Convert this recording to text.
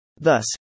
Thus